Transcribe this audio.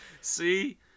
see